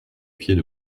pieds